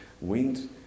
wind